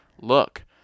Look